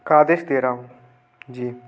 का आदेश दे रहा हूँ जी